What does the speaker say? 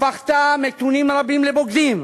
הפכת מתונים רבים לבוגדים,